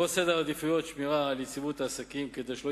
בראש סדר העדיפויות שמירה על יציבות העסקים כדי שלא